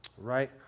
Right